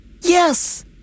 Yes